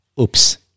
oops